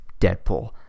deadpool